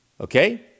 Okay